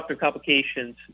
complications